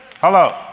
hello